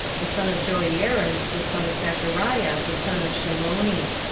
the son of joiarib, the son of zechariah, the son of shiloni.